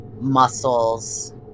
muscles